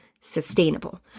sustainable